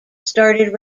started